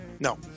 No